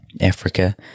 africa